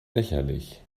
lächerlich